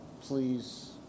please